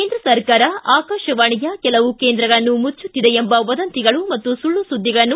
ಕೇಂದ್ರ ಸರ್ಕಾರ ಆಕಾಶವಾಣಿಯ ಕೆಲವು ಕೇಂದ್ರಗಳನ್ನು ಮುಚ್ಚುಕ್ತಿದೆ ಎಂಬ ವದಂತಿಗಳು ಮತ್ತು ಸುಳ್ಳು ಸುದ್ದಿಗಳನ್ನು